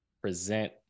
present